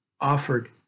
offered